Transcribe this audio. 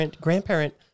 Grandparent